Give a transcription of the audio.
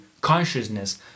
consciousness